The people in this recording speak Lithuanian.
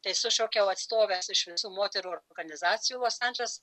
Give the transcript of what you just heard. tai sušaukiau atstoves iš visų moterų organizacijų los andželes